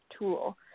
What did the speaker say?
tool